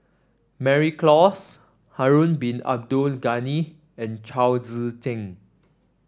Mary Klass Harun Bin Abdul Ghani and Chao Tzee Cheng